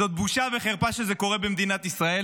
זאת בושה וחרפה שזה קורה במדינת ישראל.